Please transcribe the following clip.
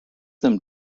them